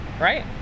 Right